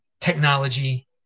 technology